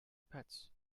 pets